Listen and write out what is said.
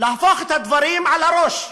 להפוך את הדברים על הראש.